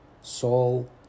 soul